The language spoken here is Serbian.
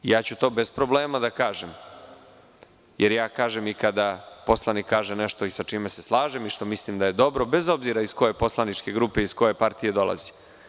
I ja ću to bez problema da kažem, jer ja kažem i kada poslanik kaže nešto sa čime se slažem i što mislim da je dobro, bez obzira iz koje poslaničke grupe i partije dolazi.